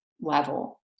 level